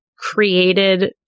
created